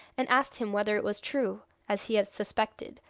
and asked him whether it was true, as he had suspected,